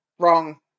wrong